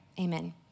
amen